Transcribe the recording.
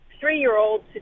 three-year-old